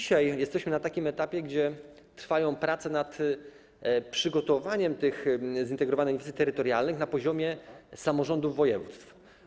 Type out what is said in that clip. Dzisiaj jesteśmy na takim etapie, gdzie trwają prace nad przygotowaniem tych zintegrowanych inwestycji terytorialnych na poziomie samorządów województw.